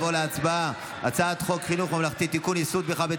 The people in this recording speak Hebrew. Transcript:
נעבור להצבעה על הצעת חוק חינוך ממלכתי (תיקון,